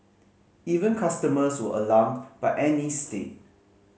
even customers were alarmed by Annie's state